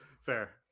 Fair